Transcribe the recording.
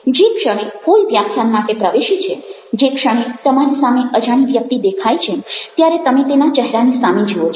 જે ક્ષણે કોઈ વ્યાખ્યાન માટે પ્રવેશે છે જે ક્ષણે તમારી સામે અજાણી વ્યક્તિ દેખાય છે ત્યારે તમે તેના ચહેરાની સામે જુઓ છો